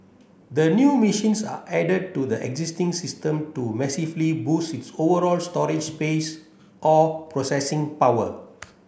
the new machines are added to the existing system to massively boost its overall storage space or processing power